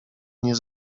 nie